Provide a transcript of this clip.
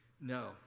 no